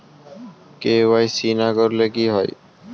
KYC না করলে কি হয়?